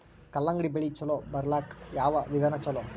ಕಲ್ಲಂಗಡಿ ಬೆಳಿ ಚಲೋ ಬರಲಾಕ ಯಾವ ವಿಧಾನ ಚಲೋ?